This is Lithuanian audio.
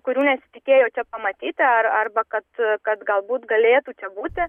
kurių nesitikėjo čia pamatyti ar arba kad kad galbūt galėtų čia būti